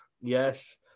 yes